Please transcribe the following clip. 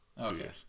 Okay